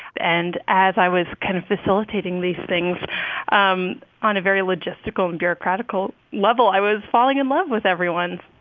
and as i was kind of facilitating these things um on a very logistical and bureaucratical level, i was falling in love with everyone.